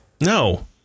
No